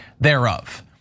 thereof